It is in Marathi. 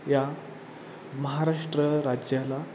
या महाराष्ट्र राज्याला